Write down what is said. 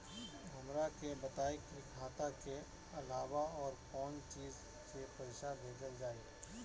हमरा के बताई की खाता के अलावा और कौन चीज से पइसा भेजल जाई?